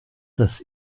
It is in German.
dass